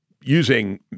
using